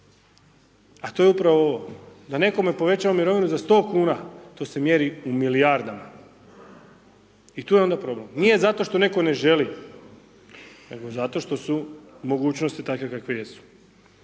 a to je upravo ovo. Da nekome povećamo mirovinu za 100 kuna, to se mjeri u milijardama i tu je onda problem. Nije zato što netko ne želi, nego zato što su mogućnosti takve kakve jesu.